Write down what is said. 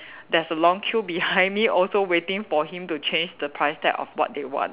there's a long queue behind me also waiting for him to change the price tag of what they want